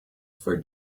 for